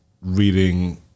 reading